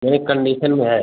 यानि कंडीसन में है